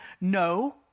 No